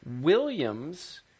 Williams